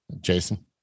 Jason